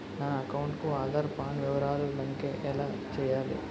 నా అకౌంట్ కు ఆధార్, పాన్ వివరాలు లంకె ఎలా చేయాలి?